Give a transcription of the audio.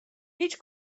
هیچ